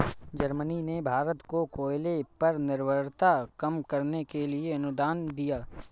Germany ने भारत को कोयले पर निर्भरता कम करने के लिए अनुदान दिया